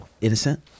innocent